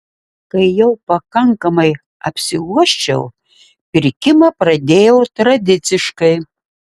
kai jau pakankamai apsiuosčiau pirkimą pradėjau tradiciškai